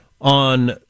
on